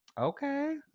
okay